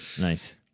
Nice